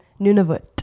Nunavut